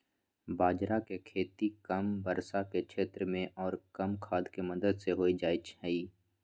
बाजरा के खेती कम वर्षा के क्षेत्र में और कम खाद के मदद से हो जाहई